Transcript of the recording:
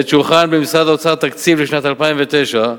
בעת שהוכן במשרד האוצר תקציב לשנת 2009,